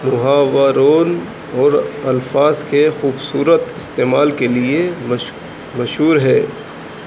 محاوروں اور الفاظ کے خوبصورت استعمال کے لیے مشہور ہے